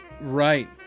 Right